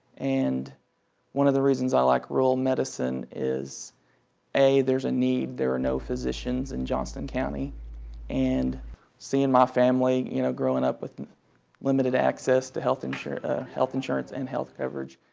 and one of the reasons i like rural medicine is a there is a need, there are no physicians in johnston county and seeing my family, you know growing up with limited access to health ah health insurance and health coverage,